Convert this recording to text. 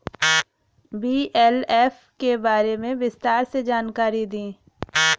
BLF के बारे में विस्तार से जानकारी दी?